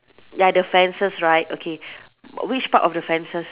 ya the fences right okay which part of the fences